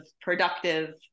productive